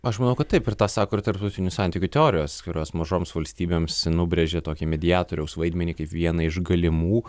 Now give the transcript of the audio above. aš manau kad taip ir tą sako ir tarptautinių santykių teorijos kurios mažoms valstybėms nubrėžė tokią mediatoriaus vaidmenį kaip vieną iš galimų